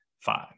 Five